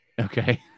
Okay